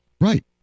Right